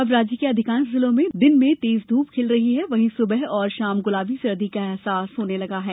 अब राज्य के अधिकांश जिलो में दिन में तेज धूप खिल रही है वहीं सुबह और शाम गुलाबी सर्दी का अहसास होने लगा है